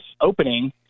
opening